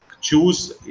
choose